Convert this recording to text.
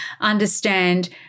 understand